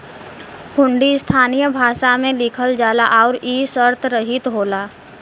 हुंडी स्थानीय भाषा में लिखल जाला आउर इ शर्तरहित होला